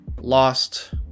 lost